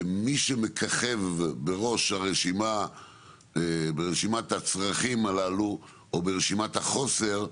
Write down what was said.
ומי שמככב בראש רשימת הצרכים הללו או ברשימת החוסר,